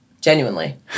Genuinely